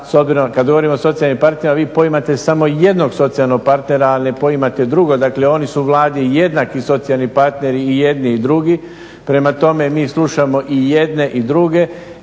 kad govorimo o socijalnim partnerima vi poimate samo jednog socijalnog partnera, a ne poimate drugo. Dakle, oni su Vladi jednaki socijalni partneri i jedni i drugi. Prema tome, mi slušamo i jedne i druge.